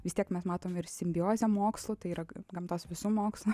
vis tiek mes matom ir simbiozę mokslų tai yra gamtos visų mokslų